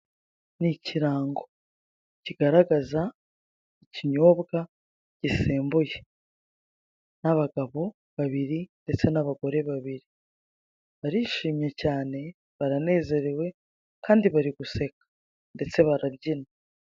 Ni ikirango kigaragaza ikinyobwa gisembuye n'abagabo babiri ndetse n'abagore babiri barishimye cyane, baranezerewe, kandi bari guseka, ndetse barabyina.